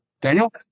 Daniel